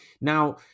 Now